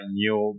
new